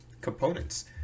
components